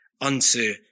unto